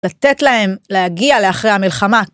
‫לתת להם להגיע לאחרי המלחמה.